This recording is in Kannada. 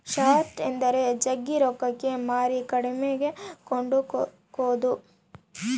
ಶಾರ್ಟ್ ಎಂದರೆ ಜಗ್ಗಿ ರೊಕ್ಕಕ್ಕೆ ಮಾರಿ ಕಡಿಮೆಗೆ ಕೊಂಡುಕೊದು